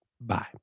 Bye